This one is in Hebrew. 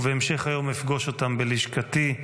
ובהמשך היום אפגוש אותם בלשכתי.